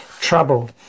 trouble